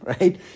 right